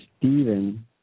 Stephen